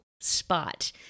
spot